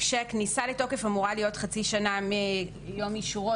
כאשר כניסה לתוקף אמורה להיות חצי שנה מיום אישורו,